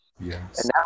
Yes